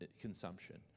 consumption